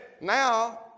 Now